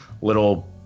little